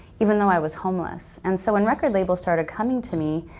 even though i was homeless. and so, when record labels started coming to me,